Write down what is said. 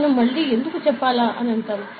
మనం మళ్ళీ ఎందుకు చెప్పాలి అని అంటాము